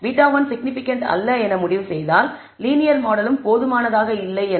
β1 significant அல்ல என முடிவு செய்தால் லீனியர் மாடலும் போதுமானதாக இல்லை எனலாம்